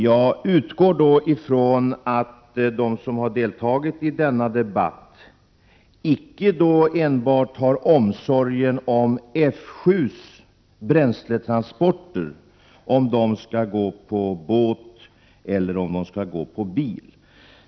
Jag utgår från att de som har deltagit i denna debatt icke enbart har synpunkter på om F 7:s bränsletransporter skall gå på båt eller på bil.